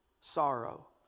sorrow